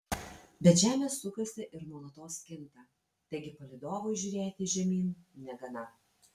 bet žemė sukasi ir nuolatos kinta taigi palydovui žiūrėti žemyn negana